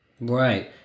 Right